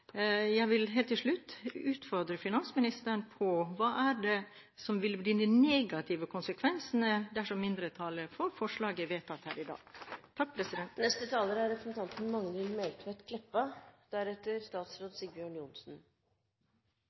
Jeg vil helt til slutt utfordre finansministeren: Hva er det som vil bli de negative konsekvensene dersom mindretallets forslag blir vedtatt her i dag?